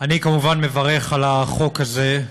אני כמובן מברך על החוק הזה.